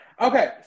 Okay